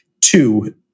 Two